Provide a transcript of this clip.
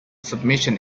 submission